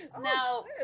Now